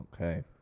okay